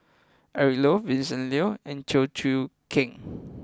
Eric Low Vincent Leow and Chew Choo Keng